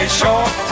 short